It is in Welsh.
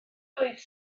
oedd